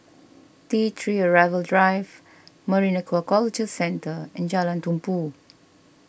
T three Arrival Drive Marine Aquaculture Centre and Jalan Tumpu